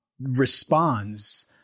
responds